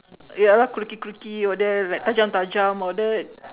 ya lor crookie crookie all that like tajam tajam all that